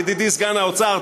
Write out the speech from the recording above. ידידי סגן שר האוצר,